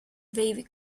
baby